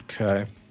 Okay